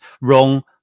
wrong